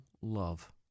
love